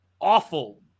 awful